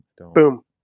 Boom